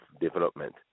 development